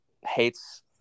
hates